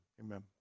Amen